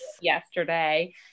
yesterday